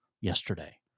yesterday